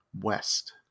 west